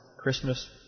Christmas